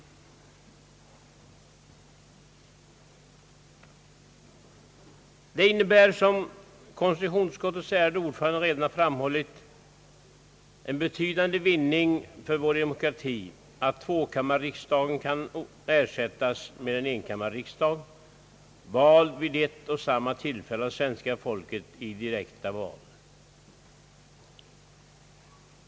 Det innebär, såsom konstitutionsutskottets ärade ordförande redan har framhållit, en betydande vinning för vår demokrati att tvåkammarriksdagen kan ersättas med en enkammarriksdag, vald vid ett och samma tillfälle av svenska folket i direkta val.